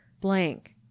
blank